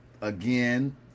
again